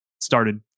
started